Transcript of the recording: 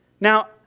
Now